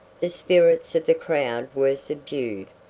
the spirits of the crowd were subdued.